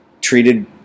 treated